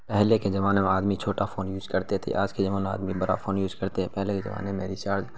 پہلے کے زمانے میں آدمی چھوٹا فون یوج کرتے تھے آج کے زمانے میں آدمی بڑا فون یوج کرتے ہیں پہلے کے زمانے میں ریچارج